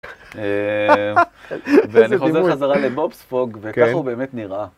ואני חוזר חזרה לבוב ספוג, וככה הוא באמת נראה.